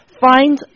find